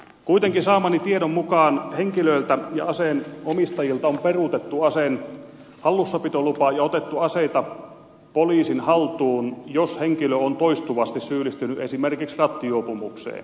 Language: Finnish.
kuitenkin saamani tiedon mukaan henkilöiltä ja aseen omistajilta on peruutettu aseen hallussapitolupa ja otettu aseita poliisin haltuun jos henkilö on toistuvasti syyllistynyt esimerkiksi rattijuopumukseen